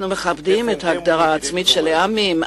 אנחנו מכבדים את ההגדרה העצמית של העמים.